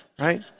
right